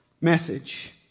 message